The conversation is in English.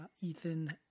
Ethan